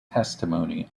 testimony